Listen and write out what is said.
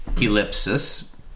ellipsis